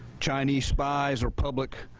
chinese spies were public